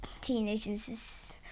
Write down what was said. teenagers